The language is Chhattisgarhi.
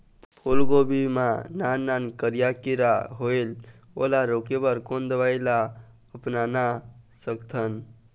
फूलगोभी मा नान नान करिया किरा होयेल ओला रोके बर कोन दवई ला अपना सकथन?